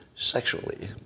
Sexually